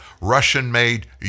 Russian-made